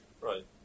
right